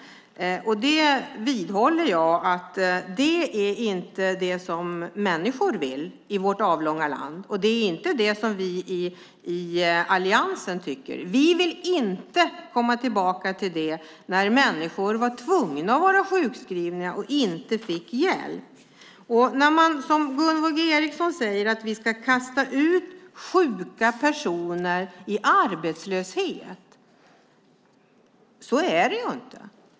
Jag vidhåller att det inte är det människor i vårt avlånga land vill. Det är inte heller det som vi i alliansen vill. Vi vill inte tillbaka till när människor var tvungna att vara sjukskrivna och inte fick hjälp. Gunvor G Ericson säger att vi ska kasta ut sjuka personer i arbetslöshet. Så är det inte.